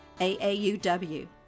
AAUW